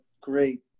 great